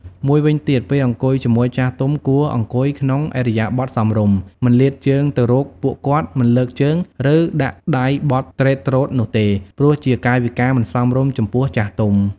មួយវិញទៀតពេលអង្គុយជាមួយចាស់ទុំ គួរអង្គុយក្នុងឥរិយាបថសមរម្យ មិនលាតជើងទៅរកពួកគាត់ មិនលើកជើង ឬដាក់ដៃបត់ទ្រេតទ្រោតនោះទេ ព្រោះជាកាយវិការមិនសមរម្យចំពោះចាស់ទុំ។